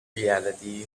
reality